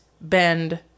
bend